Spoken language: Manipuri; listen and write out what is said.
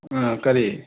ꯑꯥ ꯀꯔꯤ